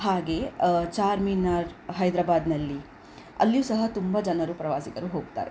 ಹಾಗೇ ಚಾರ್ಮಿನಾರ್ ಹೈದರಾಬಾದ್ನಲ್ಲಿ ಅಲ್ಲಿಯೂ ಸಹ ತುಂಬ ಜನರು ಪ್ರವಾಸಿಗರು ಹೋಗ್ತಾರೆ